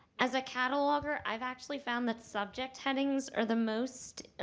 as a cataloger, i've actually found that subject headings are the most